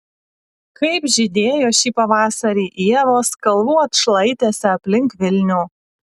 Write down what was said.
kaip žydėjo šį pavasarį ievos kalvų atšlaitėse aplink vilnių